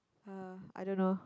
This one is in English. uh I don't know